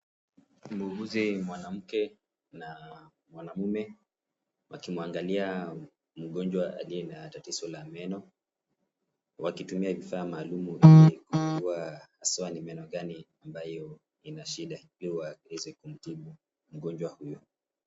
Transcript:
Muuguzi mwanamke na mwanamume wakimwangalia mgonjwa aliye na tatizo la meno wakitumia vifaa maalumu yenye kugundua haswa ni meno gani ambayo ina shida ili waweze kumtimu mgonjwa huyo.